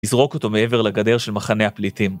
יזרוק אותו מעבר לגדר של מחנה הפליטים.